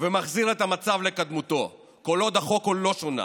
ומחזיר את המצב לקדמותו כל עוד החוק לא שונה.